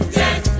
yes